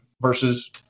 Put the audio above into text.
versus